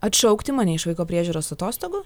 atšaukti mane iš vaiko priežiūros atostogų